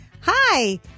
Hi